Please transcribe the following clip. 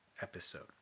episode